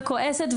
כועסת,